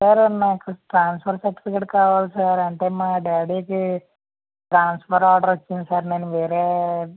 sir నాకు transfer certificate కావాలి sir అంటే మా డాడీకి ట్రాన్సఫర్ ఆర్డర్ వచ్చింది సర్ మేము వేరే